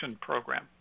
program